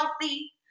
healthy